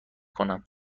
کنم